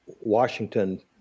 Washington